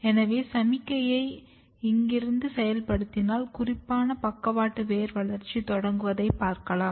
எனவே சமிக்ஞையை இங்கிருந்து செயல்படுத்தினால் குறிப்பான பக்கவாட்டு வேர் வளர்ச்சி தொடங்குவதை பார்க்கலாம்